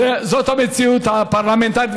זאת המציאות הפרלמנטרית.